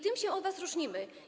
Tym się od was różnimy.